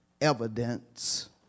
evidence